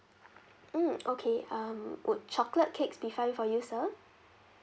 mm okay um would chocolate cakes be fine for you sir